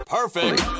Perfect